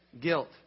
guilt